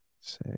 say